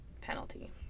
penalty